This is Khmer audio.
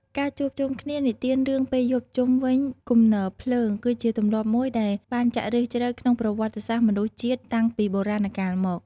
ការជួបជុំគ្នានិទានរឿងពេលយប់ជុំវិញគំនរភ្លើង គឺជាទម្លាប់មួយដែលបានចាក់ឫសជ្រៅក្នុងប្រវត្តិសាស្ត្រមនុស្សជាតិ តាំងពីបុរាណកាលមក។